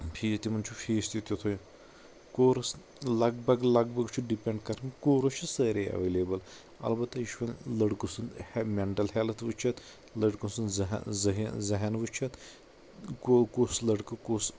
fees تِمن چھُ fees تہِ تِتھُے کورٕس لگ بگ لگ بگ چھُ ڈپٮ۪نٛڈ کران کورٕس چھِ سٲری اٮ۪ویلیبٕل البتہ یہِ چھُنہٕ لڑکہٕ سُنٛد ہے مینٹل ہٮ۪لٕتھ وُچھِتھ لڑکہٕ سُنٛد ذہٮ۪ن ذہٮ۪ن وٕچھِتھ گوٚو کُس لڑکہٕ کُس